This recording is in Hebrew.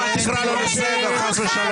היא ממש צריכה להשפיל את העיניים מולך?